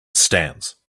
stands